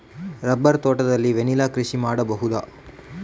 Rubber ತೋಟದಲ್ಲಿ vanilla ಕೃಷಿ ಮಾಡಬಹುದಾ?